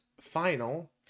Final